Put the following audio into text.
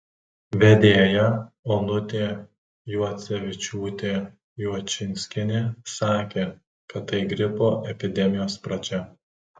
vedėja onutė juocevičiūtė juočinskienė sakė kad tai gripo epidemijos pradžia